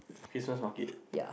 Christmas market